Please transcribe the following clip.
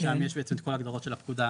שם יש בעצם את כל ההגדרות של הפקודה,